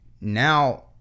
now